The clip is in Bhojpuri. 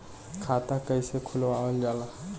खाता कइसे खुलावल जाला?